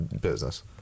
business